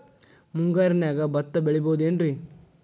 ಮುಂಗಾರಿನ್ಯಾಗ ಭತ್ತ ಬೆಳಿಬೊದೇನ್ರೇ?